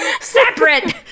Separate